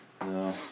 No